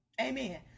Amen